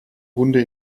hunde